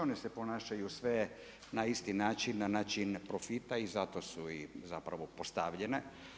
O ne se ponašaju sve na isti način, na način profita i zato su i zapravo postavljene.